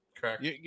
Correct